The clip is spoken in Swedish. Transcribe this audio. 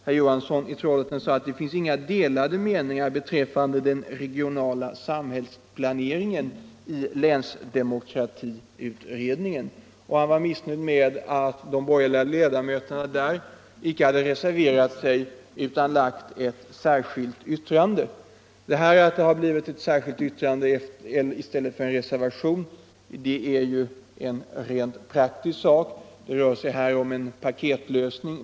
Herr Johansson i Trollhättan sade att det inga delade meningar finns beträffande den regionala samhällsplaneringen i länsdemokratiutredningen, och han var missnöjd med att de borgerliga ledamöterna där icke hade reserverat sig utan lagt ett särskilt yttrande. Att det har blivit ett särskilt yttrande i stället för en reservation är en rent praktisk sak. Det rör sig här om en paketlösning.